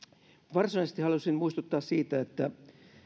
varsinaisesti haluaisin muistuttaa siitä että